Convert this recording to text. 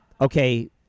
okay